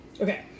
Okay